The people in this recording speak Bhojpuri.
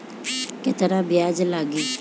केतना ब्याज लागी?